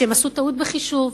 שהם עשו טעות בחישוב,